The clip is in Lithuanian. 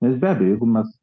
nes be abejo jeigu mes